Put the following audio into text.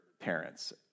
parents